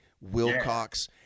Wilcox